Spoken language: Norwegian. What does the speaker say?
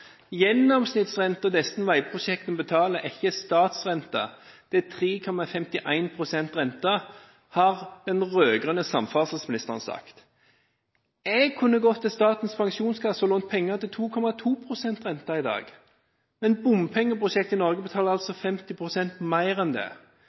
det som veiprosjektene betaler, er ikke statsrente. Det er 3,51 pst. rente, har den rød-grønne samferdselsministeren sagt. Jeg kunne gått til Statens pensjonskasse og lånt penger til 2,2 pst. rente i dag. Men bompengeprosjektene i Norge betaler altså